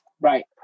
Right